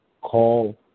call